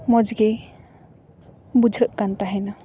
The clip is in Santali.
ᱢᱚᱡᱽ ᱜᱮ ᱵᱩᱡᱷᱟᱹᱜ ᱠᱟᱱ ᱛᱟᱦᱮᱱᱟ